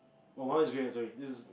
oh one has grey hair sorry this is